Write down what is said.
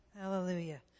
Hallelujah